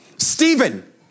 Stephen